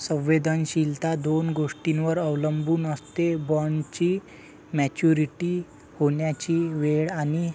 संवेदनशीलता दोन गोष्टींवर अवलंबून असते, बॉण्डची मॅच्युरिटी होण्याची वेळ आणि